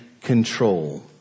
control